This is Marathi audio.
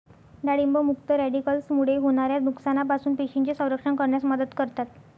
डाळिंब मुक्त रॅडिकल्समुळे होणाऱ्या नुकसानापासून पेशींचे संरक्षण करण्यास मदत करतात